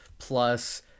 Plus